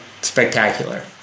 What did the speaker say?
spectacular